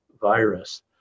virus